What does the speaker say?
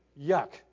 yuck